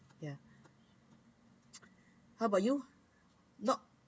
ya how about you not